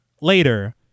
later